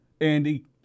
Andy